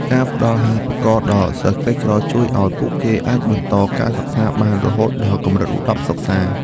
ការផ្តល់អាហារូបករណ៍ដល់សិស្សក្រីក្រជួយឱ្យពួកគេអាចបន្តការសិក្សាបានរហូតដល់កម្រិតឧត្តមសិក្សា។